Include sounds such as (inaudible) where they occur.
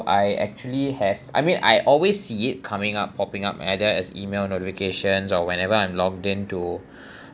I actually have I mean I always see it coming up popping up either as email notifications or whenever I logged into (breath)